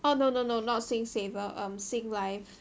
oh no no no not SingSaver um Singlife